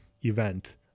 event